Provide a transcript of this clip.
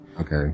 Okay